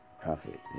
profit